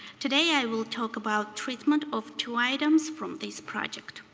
today i will talk about treatment of two items from this project.